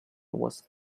was